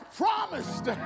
promised